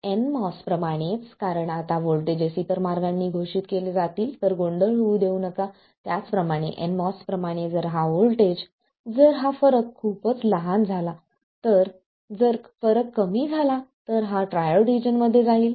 nMOS प्रमाणेच कारण आता व्होल्टेजेस इतर मार्गांनी घोषित केले जातील तर गोंधळ होऊ देऊ नका त्याचप्रमाणे nMOS प्रमाणे जर हा व्होल्टेज जर हा फरक खूपच लहान झाला तर जर फरक कमी झाला तर हा ट्रायोड रिजन मध्ये जाईल